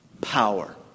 power